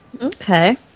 Okay